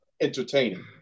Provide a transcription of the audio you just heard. entertaining